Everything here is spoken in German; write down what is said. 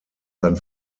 sein